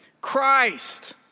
Christ